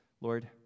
Lord